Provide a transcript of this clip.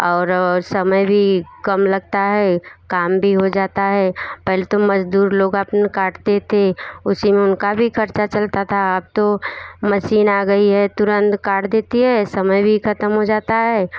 और समय भी काम लगता है काम भी हो जाता है पहले तो मज़दूर लोग अपना काटते थे उसी में उनका भी ख़र्च चलता था अब तो मसीन आ गई है तुरंत काट देती है समय भी ख़त्म हो जाता है